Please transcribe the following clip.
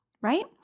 right